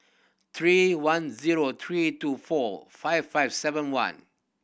three one zero three two four five five seven one